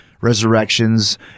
resurrections